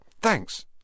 Thanks